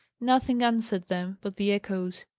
nothing answered them but the echoes.